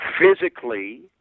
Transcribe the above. Physically